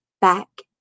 Back